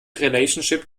relationship